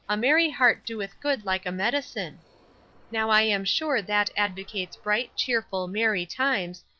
a merry heart doeth good like a medicine now i am sure that advocates bright, cheerful, merry times,